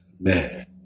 man